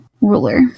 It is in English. ruler